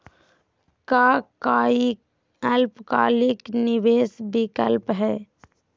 का काई अल्पकालिक निवेस विकल्प हई?